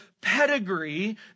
pedigree